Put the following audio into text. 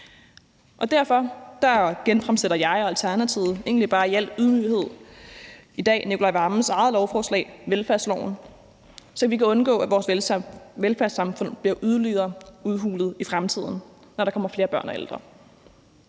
Derfor genfremsætter jeg og Alternativet egentlig bare i al ydmyghed i dag finansministerens eget lovforslag, forslag til lov om velfærd, så vi kan undgå, at vores velfærdssamfund bliver yderligere udhulet i fremtiden, når der kommer flere børn og ældre.